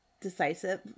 decisive